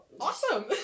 awesome